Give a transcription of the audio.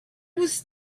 was